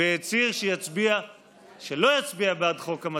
והצהיר שלא יצביע בעד חוק המצלמות.